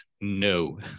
No